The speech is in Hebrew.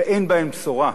ואין בהן בשורה.